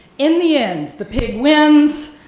in the end the pig wins,